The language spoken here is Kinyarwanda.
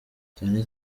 cyane